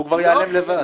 הוא כבר ייעלם לבד.